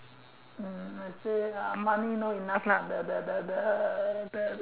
um I say money uh no enough lah the the the the the